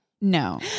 No